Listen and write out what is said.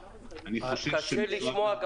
ברורה.